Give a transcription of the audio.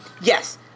Yes